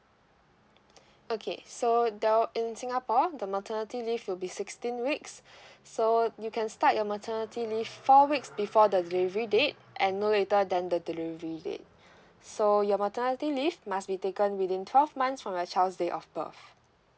okay so the in singapore the maternity leave will be sixteen weeks so you can start your maternity leave four weeks before the delivery date and no later than the delivery date so your maternity leave must be taken within twelve months from your child's date of birth